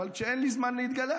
אבל כשאין לי זמן להתגלח,